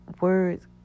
Words